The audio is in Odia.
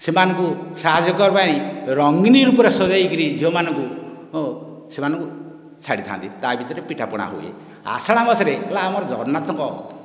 ସେମାନଙ୍କୁ ସାହାଯ୍ୟ କରିବା ପାଇଁ ରଙ୍ଗିନ ରୂପରେ ସଜେଇକରି ଝିଅମାନଙ୍କୁ ସେମାନଙ୍କୁ ଛାଡ଼ିଥାନ୍ତି ତା ଭିତରେ ପିଠା ପଣା ହୁଏ ଆଷାଢ଼ ମାସରେ ହେଲା ଆମ ଜଗନ୍ନାଥଙ୍କ